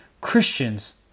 Christians